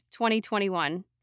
2021